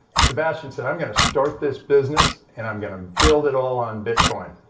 sebastian said, i'm going to start this business and i'm going to build it all on bitcoin.